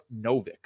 Novik